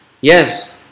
yes